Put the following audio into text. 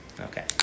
Okay